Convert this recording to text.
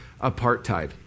apartheid